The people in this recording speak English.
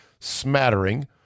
smattering